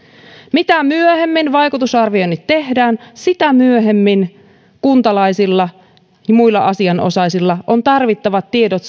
mitä myöhemmin vaikutusarvioinnit tehdään sitä myöhemmin kuntalaisilla ja muilla asianosaisilla on saatavillaan tarvittavat tiedot